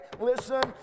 listen